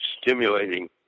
stimulating